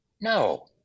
No